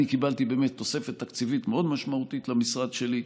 אני באמת קיבלתי תוספת תקציבית מאוד משמעותית למשרד שלי.